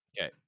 Okay